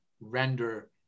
render